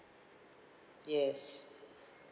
yes